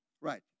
Right